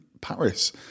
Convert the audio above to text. Paris